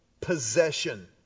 possession